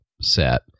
set